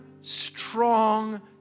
strong